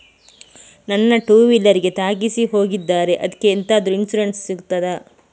ನನ್ನ ಟೂವೀಲರ್ ಗೆ ತಾಗಿಸಿ ಹೋಗಿದ್ದಾರೆ ಅದ್ಕೆ ಎಂತಾದ್ರು ಇನ್ಸೂರೆನ್ಸ್ ಸಿಗ್ತದ?